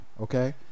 Okay